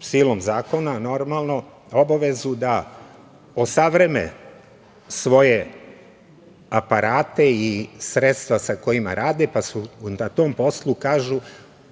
silom zakona, normalno, obavezu da osavremene svoje aparate i sredstva sa kojima rade, pa su na tom poslu, kažu,